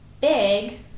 big